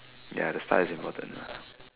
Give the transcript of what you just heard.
ya the start is important